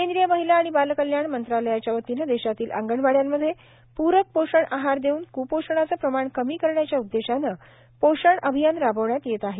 केंद्रीय महिला आणि बालकल्याण मंत्रालयाच्यावतीनं देशातील अंगणवाडयांमध्ये प्रक पोषण आहार देवन क्पोषणाचं प्रमाण कमी करण्याच्या उद्देशानं पोषण अभियान राबविण्यात येत आहे